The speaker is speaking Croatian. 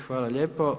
Hvala lijepo.